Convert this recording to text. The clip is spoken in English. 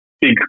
big